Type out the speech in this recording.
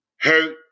Hurt